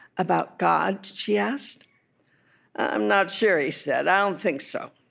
about god? she asked i'm not sure he said. i don't think so